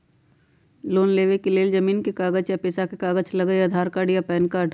Loan लेवेके लेल जमीन के कागज या पेशा के कागज लगहई या आधार कार्ड या पेन कार्ड?